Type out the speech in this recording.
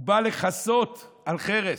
הוא בא לכסות על חרס.